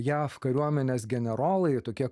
jav kariuomenės generolai tokie